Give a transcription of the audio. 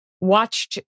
watched